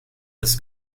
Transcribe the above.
this